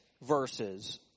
verses